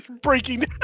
breaking